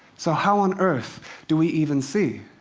so how on earth do we even see?